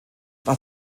nach